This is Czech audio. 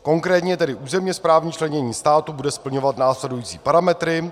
Konkrétně tedy územně správní členění státu bude splňovat následující parametry: